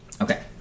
Okay